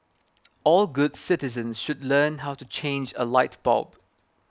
all good citizens should learn how to change a light bulb